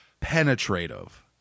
penetrative